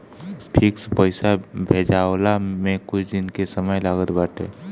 fix पईसा भेजाववला में कुछ दिन के समय लागत बाटे